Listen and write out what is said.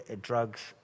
drugs